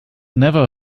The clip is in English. never